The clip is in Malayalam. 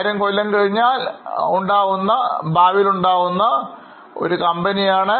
ആയിരം കൊല്ലം കഴിഞ്ഞാൽ ഭാവിയിലുണ്ടാകുന്ന കമ്പനിയാണ്